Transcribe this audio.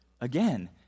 Again